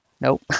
Nope